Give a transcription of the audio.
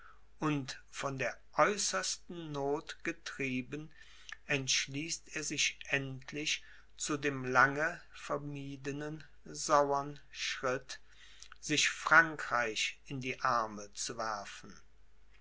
und von der äußersten noth getrieben entschließt er sich endlich zu dem lange vermiedenen sauern schritt sich frankreich in die arme zu werfen